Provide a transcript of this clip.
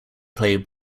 play